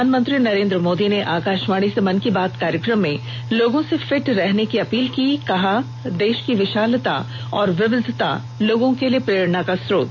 प्रधानमंत्री नरेन्द्र मोदी ने आकाशवाणी से मन की बात कार्यकम में लोगों से फिट रहने की अपील की और कहा देश की विशालता और विविधता लोगों के लिए प्रेरणा का स्रोत